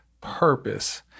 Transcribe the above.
purpose